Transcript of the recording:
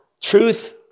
Truth